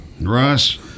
Russ